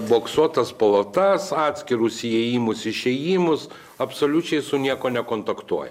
boksuotas palatas atskirus įėjimus išėjimus absoliučiai su niekuo nekontaktuoja